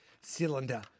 Cylinder